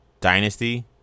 Dynasty